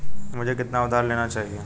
मुझे कितना उधार लेना चाहिए?